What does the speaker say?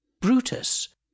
Brutus